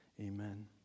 Amen